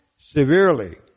severely